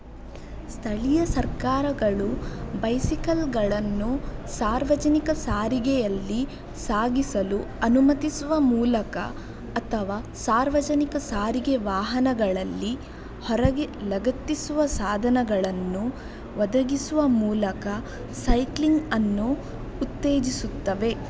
ಸ್ಥಳೀಯ ಸರ್ಕಾರಗಳು ಬೈಸಿಕಲ್ಗಳನ್ನು ಸಾರ್ವಜನಿಕ ಸಾರಿಗೆಯಲ್ಲಿ ಸಾಗಿಸಲು ಅನುಮತಿಸುವ ಮೂಲಕ ಅಥವಾ ಸಾರ್ವಜನಿಕ ಸಾರಿಗೆ ವಾಹನಗಳಲ್ಲಿ ಹೊರಗೆ ಲಗತ್ತಿಸುವ ಸಾಧನಗಳನ್ನು ಒದಗಿಸುವ ಮೂಲಕ ಸೈಕ್ಲಿಂಗನ್ನು ಉತ್ತೇಜಿಸುತ್ತವೆ